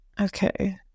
Okay